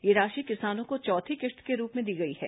यह राशि किसानों को चौथी किश्त के रूप में दी गई है